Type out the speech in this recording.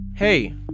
Hey